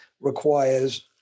requires